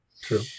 True